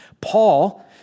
Paul